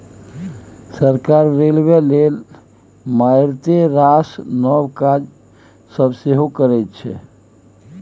सरकार रेलबे लेल मारिते रास नब काज सब सेहो करैत छै